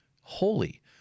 Holy